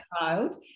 child